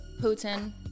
Putin